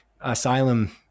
Asylum